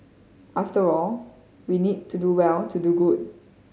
after all we need to do well to do good